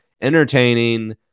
entertaining